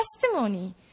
testimony